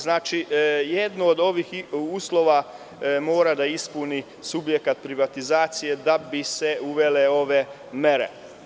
Znači, jedan od ovih uslova mora da ispuni subjekat privatizacije da bi se uvele ove mere.